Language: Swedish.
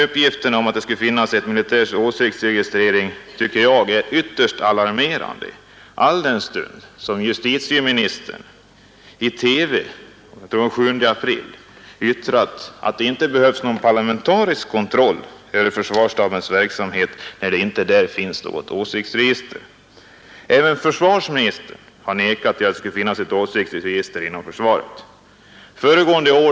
Uppgifterna om att det skulle finnas ett militärt åsiktsregister tycker jag är ytterst alarmerande, alldenstund justitieministern i TV den 7 april yttrade att det inte behövs någon parlamentarisk kontroll över försvarsstabens verksamhet, eftersom det där inte finns något åsiktsregister. Även försvarsministern har förnekat att det skulle finnas att åsiktsregister inom försvaret.